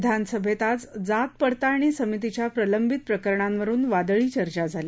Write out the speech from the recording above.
विधान सभेत आज जात पडताळणी समितीच्या प्रलंबित प्रकरणांवरुन वादळी चर्चा झाली